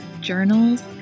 journals